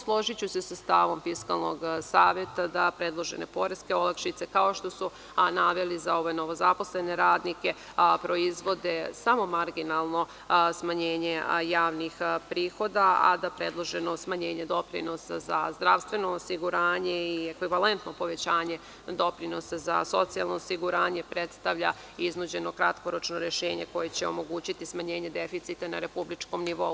Složiću se takođe sa stavom Fiskalnog saveta da predložene poreske olakšice kao što su naveli za novozaposlene radnike, a proizvode samo marginalno smanjenje javnih prihoda, a da predloženo smanjenje doprinosa za zdravstveno osiguranje i ekvivalentno povećanje doprinosa za socijalno osiguranje predviđa iznuđeno kratkoročno rešenje koje će omogućiti smanjenje deficita na republičkom nivou.